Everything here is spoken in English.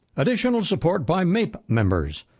additional support by mape members,